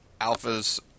alphas